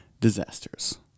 disasters